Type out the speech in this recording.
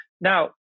now